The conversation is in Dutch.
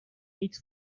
niet